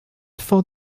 for